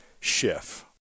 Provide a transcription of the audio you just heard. Schiff